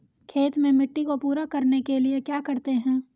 खेत में मिट्टी को पूरा करने के लिए क्या करते हैं?